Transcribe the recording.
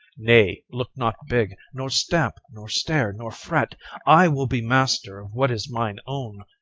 nay, look not big, nor stamp, nor stare, nor fret i will be master of what is mine own.